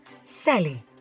Sally